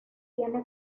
tiene